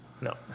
No